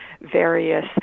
various